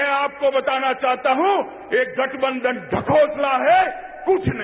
मैं आपको बताना चाहता हूं ये गठबंधन ढकोसला है कुछ नहीं